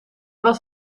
was